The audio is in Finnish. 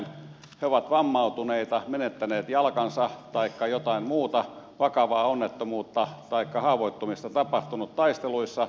he ovat vammautuneita menettäneet jalkansa taikka jotain muuta vakavaa onnettomuutta taikka haavoittumista tapahtunut taisteluissa